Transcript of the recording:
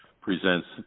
presents